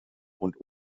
und